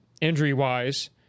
injury-wise